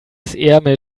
wir